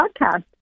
podcast